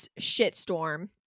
shitstorm